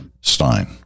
Stein